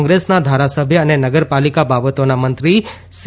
કોંગ્રેસના ધારાસભ્ય અને નગરપાલિકા બાબતોના મંત્રી સી